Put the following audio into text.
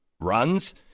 runs